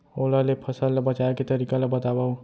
ओला ले फसल ला बचाए के तरीका ला बतावव?